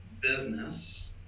business